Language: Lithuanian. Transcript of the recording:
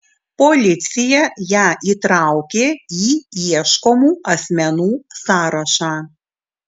policija ją įtraukė į ieškomų asmenų sąrašą